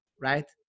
right